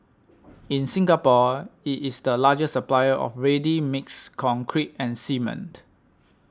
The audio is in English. in Singapore it is the largest supplier of ready mixed concrete and cement